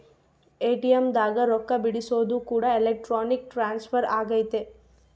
ATM ದಾಗ ರೊಕ್ಕ ಬಿಡ್ಸೊದು ಕೂಡ ಎಲೆಕ್ಟ್ರಾನಿಕ್ ಟ್ರಾನ್ಸ್ಫರ್ ಅಗೈತೆ